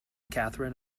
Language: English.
katherine